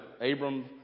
Abram